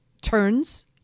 turns